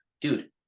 dude